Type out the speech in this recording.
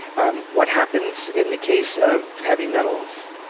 and what happens in the case of heavy metals?